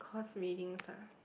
course readings lah